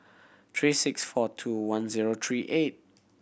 three six four two one zero three eight